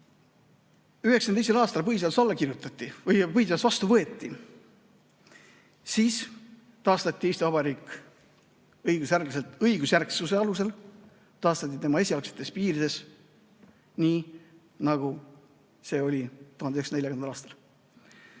1992. aastal põhiseadus vastu võeti, siis taastati Eesti Vabariik õigusjärgsuse alusel, taastati tema esialgsetes piirides nii, nagu see oli 1940. aastal.